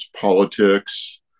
politics